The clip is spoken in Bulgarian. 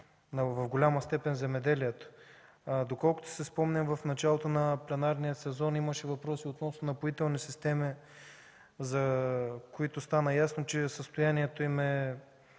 в голяма степен земеделието. Доколкото си спомням, в началото на пленарния сезон имаше въпрос относно „Напоителни системи”, за които стана ясно, че състоянието им